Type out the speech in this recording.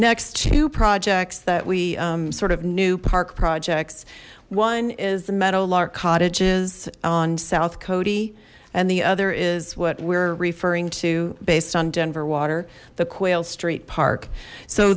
next to projects that we sort of new park projects one is the meadowlark cottages on south cody and the other is what we're referring to based on denver water the quail street park so